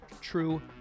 True